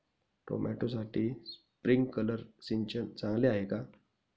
टोमॅटोसाठी स्प्रिंकलर सिंचन चांगले आहे का?